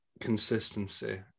consistency